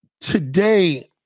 today